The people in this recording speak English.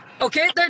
Okay